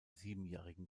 siebenjährigen